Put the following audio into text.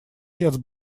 отец